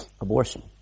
abortion